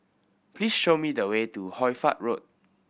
please show me the way to Hoy Fatt Road